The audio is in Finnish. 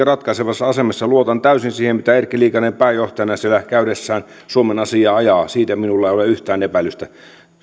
ratkaisevassa asemassa luotan täysin siihen miten erkki liikanen pääjohtajana siellä käydessään suomen asiaa ajaa siitä minulla ei ole yhtään epäilystä